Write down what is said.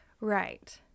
Right